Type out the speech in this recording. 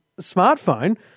smartphone